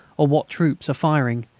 or what troops are firing,